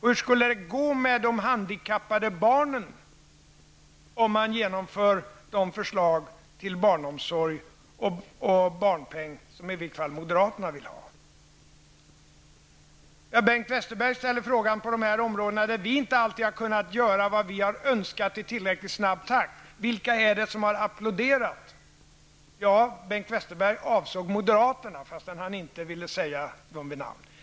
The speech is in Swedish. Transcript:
Hur skulle det gå med de handikappade barnen, om man genomförde de förslag till barnomsorg och barnpenning som moderaterna framför? Bengt Westerberg ställde när det gäller områden där vi inte alltid kunnat göra vad vi önskat i tillräcklig snabb takt frågan: Vilka är det som har applåderat? Jo, Bengt Westerberg avsåg moderaterna, fastän han inte ville säga det.